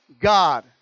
God